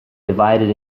divided